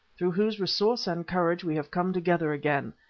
through whose resource and courage we have come together again,